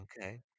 Okay